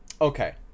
okay